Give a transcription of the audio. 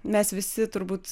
mes visi turbūt